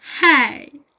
hey